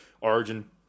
Origin